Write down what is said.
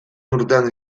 urtean